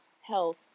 health